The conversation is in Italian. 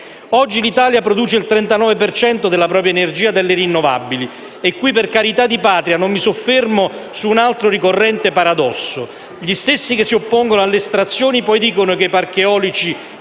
Oggi l'Italia produce il 39 per cento della propria energia dalle rinnovabili, e qui - per carità di Patria - non mi soffermo su un altro ricorrente paradosso. Gli stessi che si oppongono alle estrazioni, poi dicono che i parchi eolici